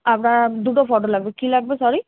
আপনার দুটো ফটো লাগবে কি লাগবে সরি